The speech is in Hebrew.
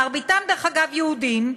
מרביתם, דרך אגב, יהודים.